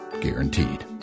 Guaranteed